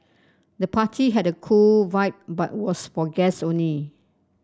the party had a cool vibe but was for guest only